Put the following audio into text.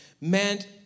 meant